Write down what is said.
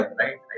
right